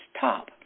top